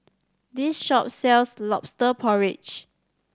this shop sells Lobster Porridge